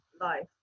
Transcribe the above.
life